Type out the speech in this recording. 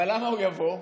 אבל למה הוא יבוא?